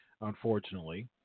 unfortunately